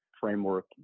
framework